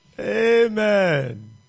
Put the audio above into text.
Amen